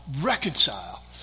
reconcile